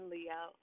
Leo